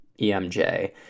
EMJ